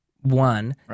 One